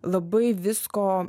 labai visko